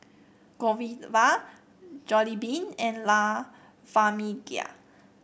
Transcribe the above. Godiva Jollibean and La Famiglia